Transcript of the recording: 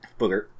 Booger